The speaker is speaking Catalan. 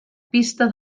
pista